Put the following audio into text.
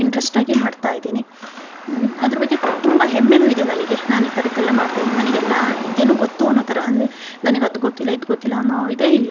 interest ಆಗಿ ಮಾಡ್ತಾ ಇದ್ದೀನಿ ಅದರ ಬಗ್ಗೆ ತುಂಬಾ ಹೆಮ್ಮೇನು ಇದೆ ನನಗೆ ನಾನು ಈ ಥರದ್ದೆಲ್ಲ ಮಾಡ್ತಾ ಇದೀನಿ ನನಗೆ ಎಲ್ಲ ವಿದ್ಯೆನು ಗೊತ್ತು ಅನ್ನೋಥರ ಅಂದರೆ ನನಗೆ ಅದು ಗೊತ್ತಿಲ್ಲ ಇದು ಗೊತ್ತಿಲ್ಲ ಅನ್ನೋ ಇದೇ ಇಲ್ಲ